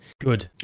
Good